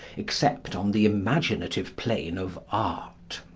except on the imaginative plane of art.